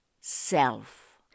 self